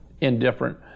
indifferent